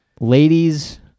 ladies